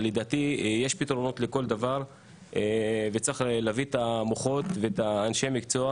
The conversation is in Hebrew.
לדעתי יש פתרונות לכל דבר וצריך להביא את המוחות ואת אנשי המקצוע